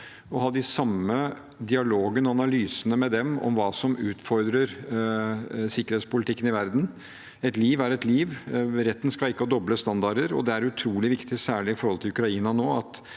å ha den samme dialogen og analysene med dem om hva som utfordrer sikkerhetspolitikken i verden. Et liv er et liv, retten skal ikke ha doble standarder. Det er utrolig viktig, særlig i forhold til Ukraina nå,